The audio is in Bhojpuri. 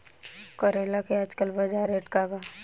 करेला के आजकल बजार रेट का बा?